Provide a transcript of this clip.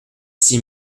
six